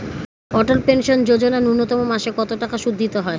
অটল pension Yojana ন্যূনতম মাসে কত টাকা সুধ দিতে হয়?